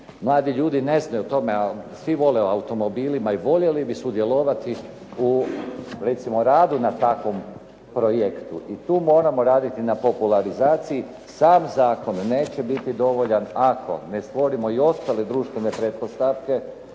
Mladi ljudi ne znaju o tome, ali svi vole o automobilima i voljeli bi sudjelovati u recimo radu na takvom projektu i tu moramo raditi na popularizaciji. Sam zakon neće biti dovoljan ako ne stvorimo i ostale društvene pretpostavke,